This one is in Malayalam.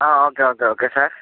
uh okay okay okay sir